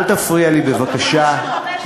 אל תפריע לי, בבקשה.